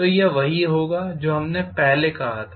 तो यह वही होगा जो हमने पहले eidt कहा था